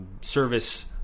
service